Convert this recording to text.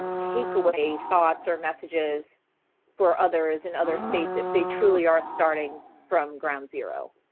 um take away thoughts or messages for others in other states if they truly are starting from ground zero?